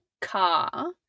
car